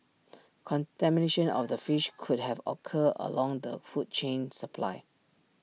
contamination of the fish could have occurred along the food chain supply